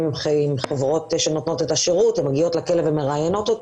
עם חברות שנותנות את השירות שמגיעות לכלא ומראיינות את